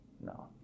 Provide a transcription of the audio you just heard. No